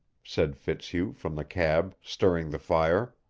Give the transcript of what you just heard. said fitzhugh from the cab, stirring the fire.